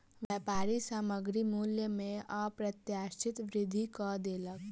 व्यापारी सामग्री मूल्य में अप्रत्याशित वृद्धि कय देलक